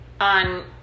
On